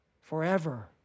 Forever